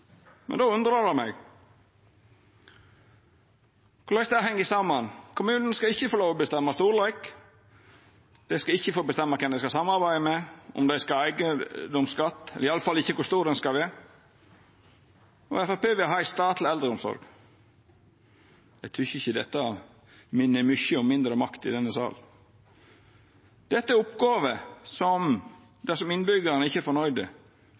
men då undrar eg meg på korleis det heng saman: Kommunane skal ikkje få lov til å bestemme storleik, dei skal ikkje få bestemma kven dei skal samarbeida med, om dei skal ha eigedomsskatt – i alle fall ikkje kor stor han skal vera – og Framstegspartiet vil ha ei statleg eldreomsorg. Eg synest ikkje dette minner mykje om «mindre makt i denne sal». Dersom innbyggjarane ikkje er